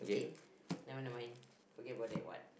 okay nevermind nevermond forget about that one